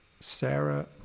Sarah